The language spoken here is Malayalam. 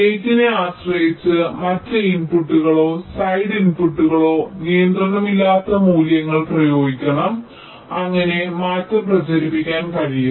ഗേറ്റിനെ ആശ്രയിച്ച് മറ്റ് ഇൻപുട്ടുകളോ സൈഡ് ഇൻപുട്ടുകളോ നിയന്ത്രണമില്ലാത്ത മൂല്യങ്ങൾ പ്രയോഗിക്കണം അങ്ങനെ മാറ്റം പ്രചരിപ്പിക്കാൻ കഴിയും